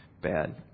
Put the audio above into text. bad